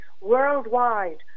worldwide